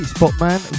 Spotman